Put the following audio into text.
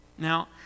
Now